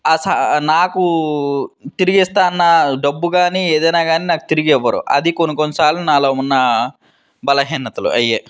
సహా నాకు తిరిగిస్తా అన్నా డబ్బు కానీ ఏదైనా కానీ నాకు తిరిగివ్వరు అది కొన్ని కొన్ని సార్లు నాలో ఉన్న బలహీనతలు అవే